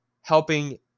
helping